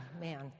man